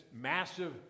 massive